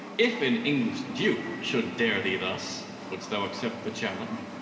if an english duke should dare thee thus, wouldst thou accept the challenge?